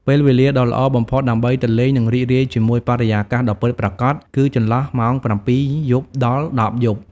ពេលវេលាដ៏ល្អបំផុតដើម្បីទៅលេង និងរីករាយជាមួយបរិយាកាសដ៏ពិតប្រាកដគឺចន្លោះម៉ោង ៧ យប់ ដល់ ១០ យប់។